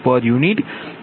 u